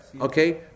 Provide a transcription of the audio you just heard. Okay